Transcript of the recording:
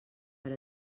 per